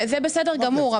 זה בסדר גמור,